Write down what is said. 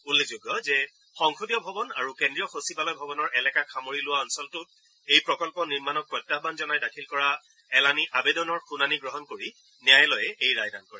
উল্লেখযোগ্য যে সংসদীয় ভৱন আৰু কেন্দ্ৰীয় সচিবালয় ভৱনৰ এলেকাক সামৰি লোৱা অঞ্চলটোত এই প্ৰকল্প নিৰ্মাণক প্ৰত্যাহান জনাই দাখিল কৰা এলানি আবেদনৰ শুনানি গ্ৰহণ কৰি ন্যায়ালয়ে এই ৰায়দান কৰে